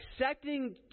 accepting